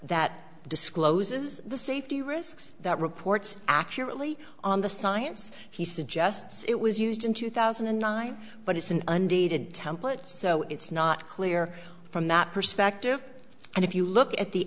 that discloses the safety risks that reports accurately on the science he suggests it was used in two thousand and nine but it's an undated template so it's not clear from that perspective and if you look at the